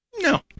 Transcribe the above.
no